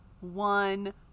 one